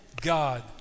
God